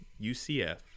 UCF